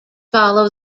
follow